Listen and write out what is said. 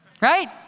Right